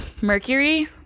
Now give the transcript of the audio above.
mercury